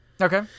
Okay